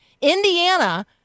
Indiana